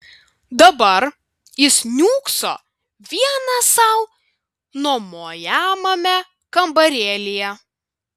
dabar jis niūkso vienas sau nuomojamame kambarėlyje